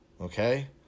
Okay